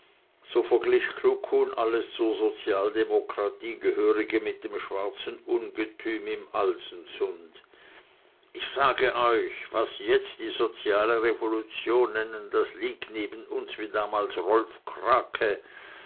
so verglich kluckhuhn alles zur sozialdemokratie gehörige mit dem schwarzen ungetüm im alsensund ich sag euch was sie jetzt die soziale revolution nennen das liegt neben uns wie damals rolf krake